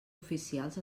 oficials